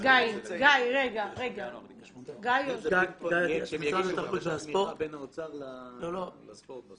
תנו רגע לגיא להגיד מה המודל הקיים שרץ לגבי